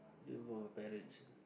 learn from my parents